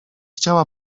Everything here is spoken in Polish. chciała